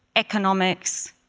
economics,